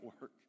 work